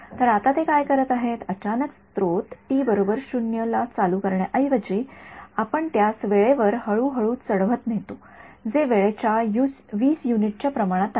तर आता ते काय करीत आहेत अचानक स्त्रोत टी 0 चालू करण्याऐवजी आपण त्यास वेळेवर हळूहळू चढवत नेतो जे वेळेच्या २0 युनिटच्या प्रमाणात आहे